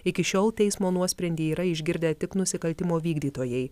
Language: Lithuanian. iki šiol teismo nuosprendį yra išgirdę tik nusikaltimo vykdytojai